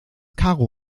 karo